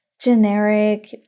generic